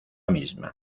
misma